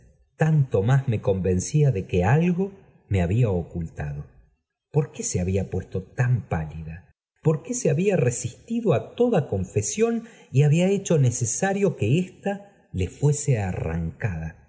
tanto más me convencía de que algo me había ocultado por qué se había puesto tan pálida por qué se había resistido á toda confesión y había hecho necesario que ésta le fuese arrancada